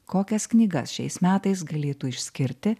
kokias knygas šiais metais galėtų išskirti